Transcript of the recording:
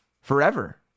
forever